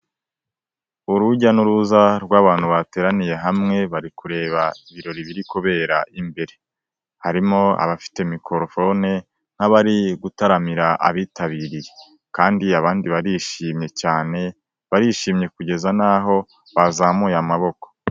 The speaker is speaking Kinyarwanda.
Urujya n'uruza rw'abantu bateraniye hamwe bari kureba ibirori biri kubera imbere. Harimo abafite mikorofone, nk'abari gutaramira abitabiriye. Kandi abandi barishimye cyane, barishimye kugeza n'aho bazamuye amaboko.